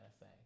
say